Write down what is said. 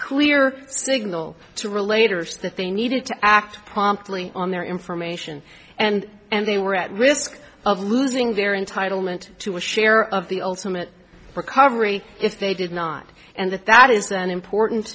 clear signal to related was that they needed to act promptly on their information and and they were at risk of losing their entitle meant to a share of the ultimate recovery if they did not and that that is an important